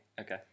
Okay